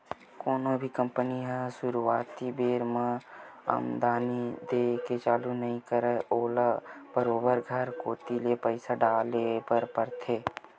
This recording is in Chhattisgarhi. कोनो भी कंपनी ह सुरुवाती बेरा म ही आमदानी देय के चालू नइ करय ओला बरोबर घर कोती ले पइसा डाले बर परथे